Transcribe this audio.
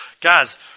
Guys